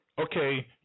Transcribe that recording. okay